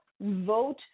vote